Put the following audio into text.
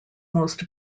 most